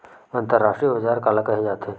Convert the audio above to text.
अंतरराष्ट्रीय बजार काला कहे जाथे?